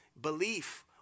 belief